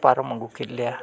ᱯᱟᱨᱚᱢ ᱟᱹᱜᱩ ᱠᱮᱫ ᱞᱮᱭᱟ